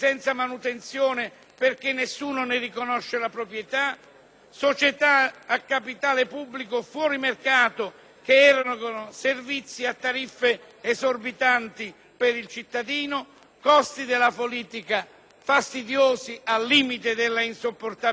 società a capitale pubblico fuori mercato, che erogano servizi a tariffe esorbitanti per il cittadino; costi della politica fastidiosi, al limite della insopportabilità per chi fatica ad arrivare alla fine del mese.